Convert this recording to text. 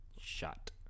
shot